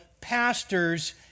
pastors